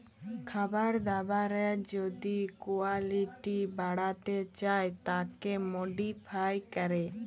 খাবার দাবারের যদি কুয়ালিটি বাড়াতে চায় তাকে মডিফাই ক্যরে